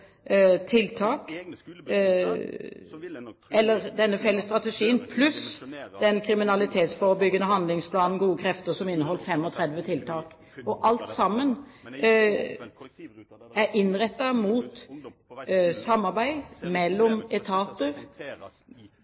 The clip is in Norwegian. tiltak som er iverksatt bare i løpet av den siste tiden, med fokus på denne felles strategien fra sommeren 2009, pluss den kriminalitetsforebyggende handlingsplanen Gode krefter, som inneholder 35 tiltak. Alt sammen er innrettet mot samarbeid mellom etater,